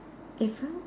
if I